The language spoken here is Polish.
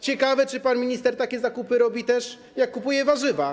Ciekawe, czy pan minister takie zakupy robi też, jak kupuje warzywa.